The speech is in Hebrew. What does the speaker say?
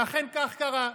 ואכן, כך קרה.